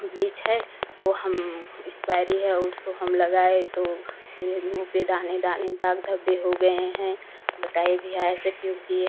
bleach है वह हम एक्सपाइरी है उसको हम लगाए तो मेरे मुँह पर दाने दाने दाग धब्बे हो गए हैं बताइए भैया ऐसा क्यों किया